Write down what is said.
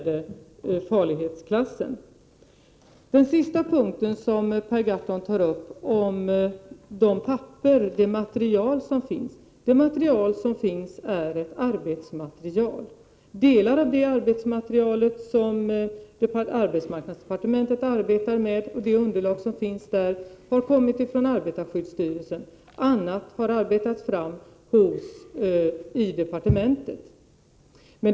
Det som Per Gahrton tog upp sist gäller det material som finns. Det är ett arbetsmaterial. Delar av det material som arbetsmarknadsdepartementet arbetar med och det underlag som finns där har kommit från arbetarskyddsstyrelsen. Annat har arbetats fram i departementet.